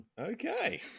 Okay